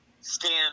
stand